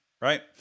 right